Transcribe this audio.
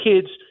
kids